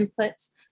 inputs